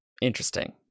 interesting